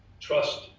trust